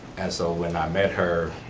and so when i met her,